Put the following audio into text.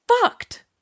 fucked